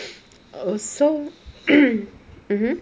oh so mmhmm